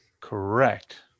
Correct